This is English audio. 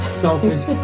selfish